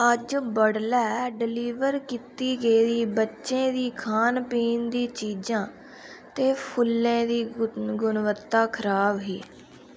अज्ज बडलै डलीवर कीती गेदी बच्चें दी खान पीन दी चीजां ते फुल्लें दी गु गुणवत्ता खराब ही